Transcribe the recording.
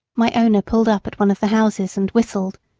my owner pulled up at one of the houses and whistled.